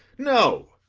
no,